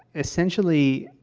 essentially,